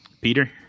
Peter